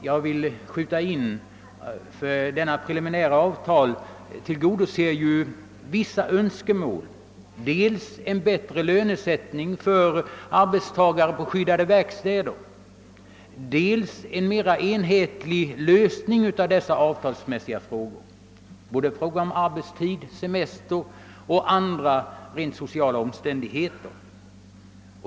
Jag vill skjuta in att avtalet tillmötesgår vissa önskemål dels om en bättre lönesättning för arbetstagare på skyddade verkstäder, dels om en mera enhetlig lösning av de avtalsmässiga problemen beträffande arbetstid, semester och andra, rent sociala omständigheter.